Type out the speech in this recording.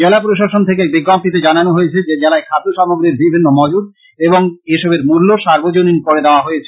জেলা প্রশাসন থেকে এক বিজ্ঞপ্তীতে জানানো হয়েছে যে জেলায় খাদ্য সামগ্রীর বিভিন্ন মজুদ এবং এসবের মূল্য সার্বজনিক করে দেওয়া হয়েছে